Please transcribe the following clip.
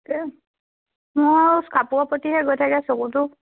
মোৰ কাপোৰৰ প্ৰতিহে গৈ থাকে চকুটো